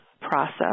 process